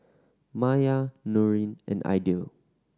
Maya Nurin and Aidil